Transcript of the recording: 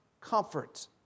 comfort